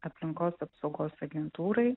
aplinkos apsaugos agentūrai